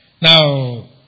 Now